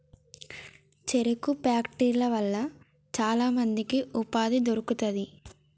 చెరుకు ఫ్యాక్టరీల వల్ల చాల మందికి ఉపాధి దొరుకుతాంది